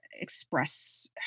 express